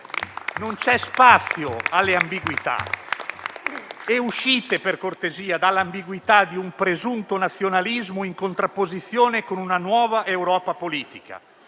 Non c'è spazio alle ambiguità. Per cortesia: uscite dall'ambiguità di un presunto nazionalismo in contrapposizione con una nuova Europa politica,